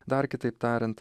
dar kitaip tariant